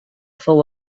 fou